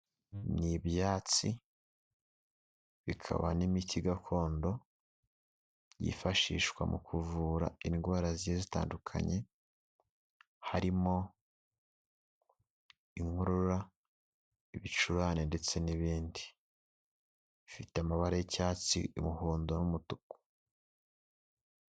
Nibyatsi bikaba n'imiti gakondo yifashishwa mu kuvura indwara zigiye zitandukanye harimo inkorora ibicurane ndetse n'ibindi ifite amabara y'icyatsi umuhondo n'umutuku.